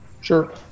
Sure